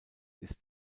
ist